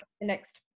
next